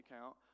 account